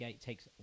takes